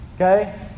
Okay